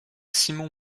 simon